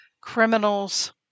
criminals